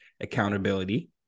accountability